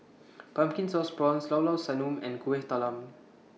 Pumpkin Sauce Prawns Llao Llao Sanum and Kueh Talam